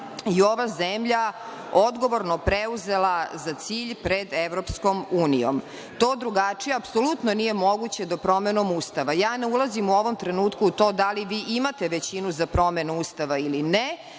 i ovaj zemlja odgovorno preuzela za cilj pred EU. To drugačije apsolutno nije moguće do promenom Ustava. Ja ne ulazim u ovom trenutku da li vi imate većinu za promenu Ustava ili ne,